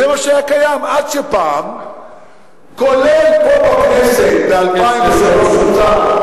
זה מה שהיה קיים, כולל פה בכנסת, חבר הכנסת אורון,